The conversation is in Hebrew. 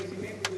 כפיים)